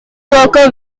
worker